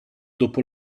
dopo